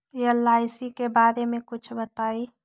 LIC के बारे मे कुछ बताई?